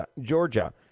Georgia